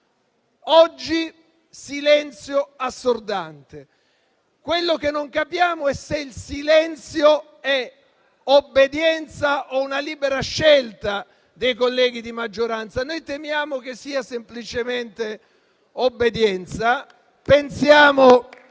Oggi silenzio assordante. Quello che non capiamo è se il silenzio è obbedienza o una libera scelta dei colleghi di maggioranza. Noi temiamo che sia semplicemente obbedienza.